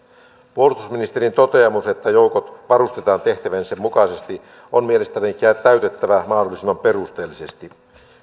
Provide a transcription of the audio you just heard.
puolustusministerin toteamus että joukot varustetaan tehtäviin sen mukaisesti on mielestäni täytettävä mahdollisimman perusteellisesti